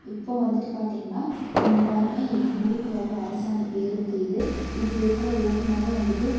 இப்போது வந்துட்டு பார்த்திங்ன்னா பாருங்க எங்கள் ஊருக்கு வர்ற அரசாங்க பேருந்து இது இதில் இருக்கிற ஓட்டுநரும் வந்துட்டு